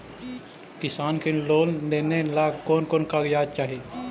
किसान के लोन लेने ला कोन कोन कागजात चाही?